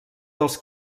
dels